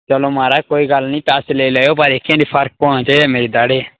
चलो महाराज कोई गल्ल नी पैसे लेई लेएओ पर एह्के ने फर्क पौना चाहिदा मेरी दाड़ै गी